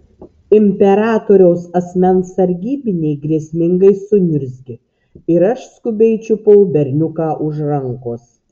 imperatoriaus asmens sargybiniai grėsmingai suniurzgė ir aš skubiai čiupau berniuką už rankos